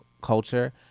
culture